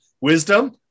wisdom